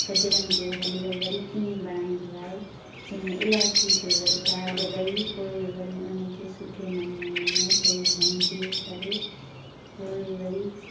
गजरुनि जो हलुओ वरी ईअं बणाईंदो आहे जंहिंमे इलायचीअ जो वरी दाग ॾई पोइ वरी उनखे सुठे नमूने में थोरो भुंजे करे पोइ वरी